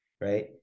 Right